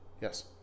Yes